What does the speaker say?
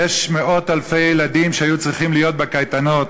יש מאות-אלפי ילדים שהיו צריכים להיות בקייטנות